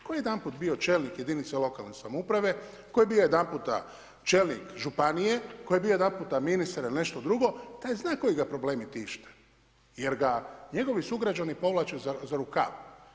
Tko je jedanput bio čelnik jedinice lokalne samouprave, tko je bio jedanput čelnik županije, tko je bio jedanput ministar ili nešto drugo taj zna koji ga problemi tište jer ga njegovi sugrađani povlače za rukav.